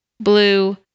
blue